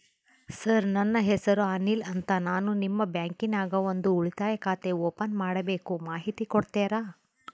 Sir ನನ್ನ ಹೆಸರು ಅನಿಲ್ ಅಂತ ನಾನು ನಿಮ್ಮ ಬ್ಯಾಂಕಿನ್ಯಾಗ ಒಂದು ಉಳಿತಾಯ ಖಾತೆ ಓಪನ್ ಮಾಡಬೇಕು ಮಾಹಿತಿ ಕೊಡ್ತೇರಾ?